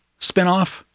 spinoff